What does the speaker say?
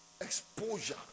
exposure